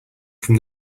from